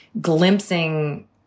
glimpsing